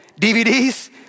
DVDs